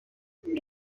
reba